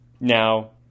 Now